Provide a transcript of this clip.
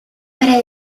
para